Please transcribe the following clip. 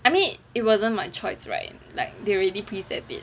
I mean it wasn't my choice right like they already preset it